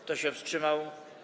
Kto się wstrzymał?